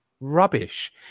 rubbish